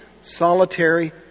solitary